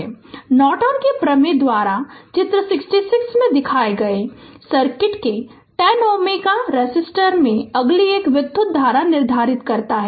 Refer Slide Time 0812 Norton के प्रमेय द्वारा चित्र 63 में दिखाए गए सर्किट के 10 Ω रेसिस्टर में अगली एक विधुत धारा निर्धारित करता है